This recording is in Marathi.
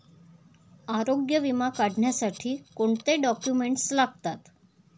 आरोग्य विमा काढण्यासाठी कोणते डॉक्युमेंट्स लागतात?